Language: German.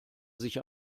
sich